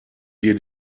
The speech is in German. wir